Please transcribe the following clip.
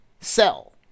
sell